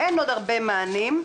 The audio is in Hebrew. שאין עוד הרבה מענים,